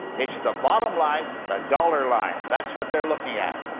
it's the bottom line, the dollar line. that's what they're looking at.